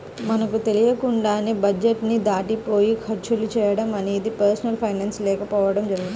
మనకు తెలియకుండానే బడ్జెట్ ని దాటిపోయి ఖర్చులు చేయడం అనేది పర్సనల్ ఫైనాన్స్ లేకపోవడం జరుగుతుంది